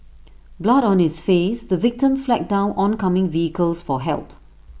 blood on his face the victim flagged down oncoming vehicles for help